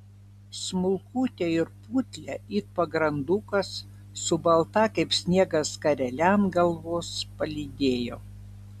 smulkutę ir putlią it pagrandukas su balta kaip sniegas skarele ant galvos palydėjo